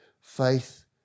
Faith